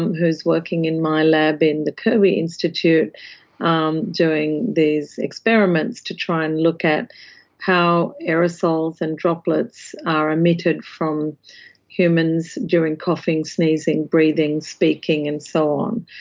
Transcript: who is working in my lab in the kirby institute um doing these experiments to try and look at how aerosols and droplets are emitted from humans during coughing, sneezing, breathing, speaking and so on.